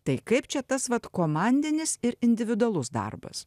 tai kaip čia tas vat komandinis ir individualus darbas